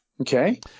Okay